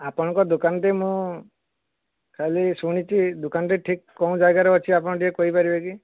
ଆପଣଙ୍କ ଦୋକାନ ତେ ମୁଁ ଖାଲି ଶୁଣିଛି ଦୋକାନଟି ଠିକ୍ କେଉଁ ଜାଗାରେ ଅଛି ଆପଣ ଟିକେ କହିପାରିବେ କି